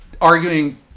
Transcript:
arguing